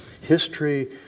history